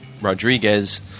Rodriguez